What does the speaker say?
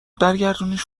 برگردونیش